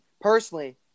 personally